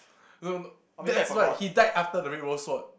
no no that's right he died after the red rose sword